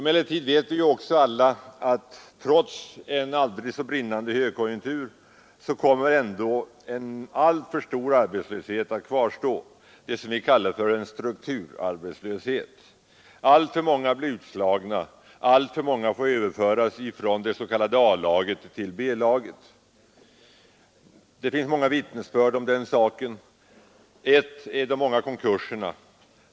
Men vi vet också att trots en aldrig så brinnande högkonjunktur, kommer ändå en alltför stor arbetslöshet att kvarstå, den s.k. strukturarbetslösheten. Alltför många blir utslagna. Alltför många får överföras från det s.k. A-laget till B-laget. Många vittnesbörd finns om den saken. Ett är de många konkurserna.